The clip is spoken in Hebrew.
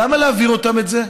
למה להעביר אותם את זה?